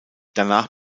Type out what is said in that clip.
danach